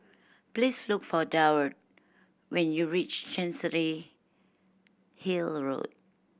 please look for Durward when you reach Chancery Hill Road